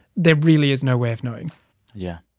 there really is no way of knowing yeah.